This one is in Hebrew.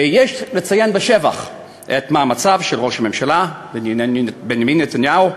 ויש לציין לשבח את מאמציו של ראש הממשלה בנימין נתניהו,